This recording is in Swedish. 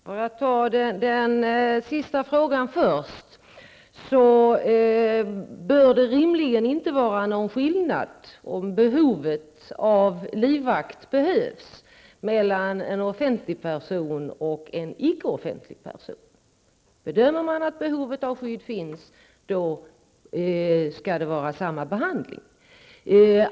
Fru talman! För att ta den sista frågan först. Det bör rimligen inte vara någon skillnad mellan offentlig person och icke offentlig person om behovet av livvakt finns. Om man bedömer att behovet av skydd finns, skall det vara samma behandling.